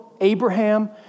Abraham